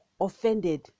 offended